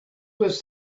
was